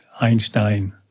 Einstein